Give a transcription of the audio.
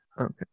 Okay